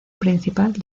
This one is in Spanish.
principal